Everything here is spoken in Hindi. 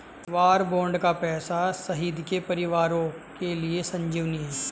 वार बॉन्ड का पैसा शहीद के परिवारों के लिए संजीवनी है